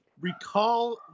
recall